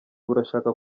burashaka